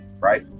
Right